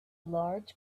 large